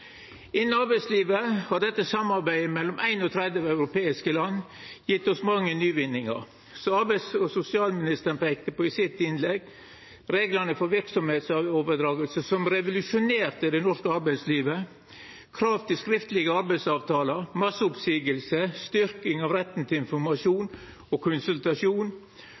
Innan arbeidslivet har dette samarbeidet – mellom 31 europeiske land – gjeve oss mange nyvinningar. Som arbeids- og sosialministeren peikte på i innlegget sitt, gjeld det reglane for verksemdsoverdraging – som revolusjonerte det norske arbeidslivet – krav til skriftlege arbeidsavtalar, reglar for masseoppseiingar og styrking av retten til informasjon og